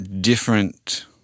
different